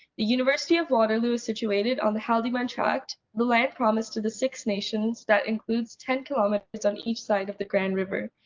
the university of waterloo is situated on the haldimand tract, the land promised to the six nations that includes ten kilometres on each side of the grand river.